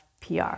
PR